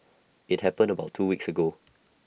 IT happened about two weeks ago